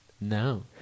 No